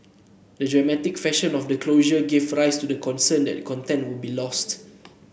the dramatic fashion of the closure gave rise to the concern that the content would be lost